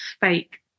fake